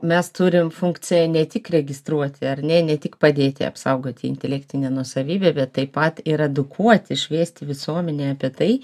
mes turim funkciją ne tik įregistruoti ar ne ne tik padėti apsaugoti intelektinę nuosavybę bet taip pat ir edukuoti šviesti visuomenę apie tai